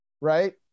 right